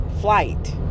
flight